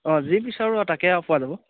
অঁ যি বিচাৰোঁ তাকে আৰু পোৱা যাব